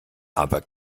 aber